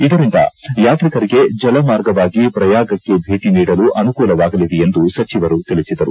ಇದರಿಂದ ಯಾತ್ರಿಕರಿಗೆ ಜಲಮಾರ್ಗವಾಗಿ ಪ್ರಯಾಗಕ್ಕೆ ಭೇಟ ನೀಡಲು ಅನುಕೂಲವಾಗಲಿದೆ ಎಂದು ಸಚಿವರು ತಿಳಿಸಿದರು